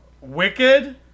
wicked